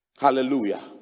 Hallelujah